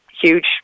huge